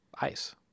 ice